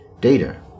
data